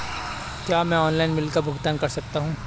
क्या मैं online bill का भुगतान कर सकता हूँ?